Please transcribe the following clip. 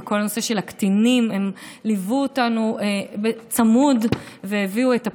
ובכל הנושא של הקטינים הם ליוו אותנו צמוד והביאו את הפתרון,